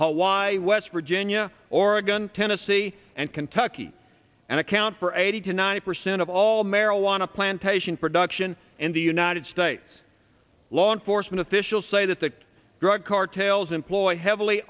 hawaii west virginia oregon tennessee and kentucky and account for eighty to ninety percent of all marijuana plantation production in the united states law enforcement officials say that the drug cartels employ heavily